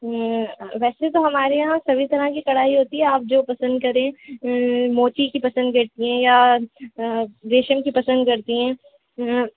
ویسے تو ہمارے یہاں سبھی طرح کی کڑھائی ہوتی ہے آپ جو پسند کریں موتی کی پسند کرتی ہیں یا ریشم کی پسند کرتی ہیں